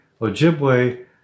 Ojibwe